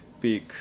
big